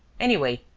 anyway,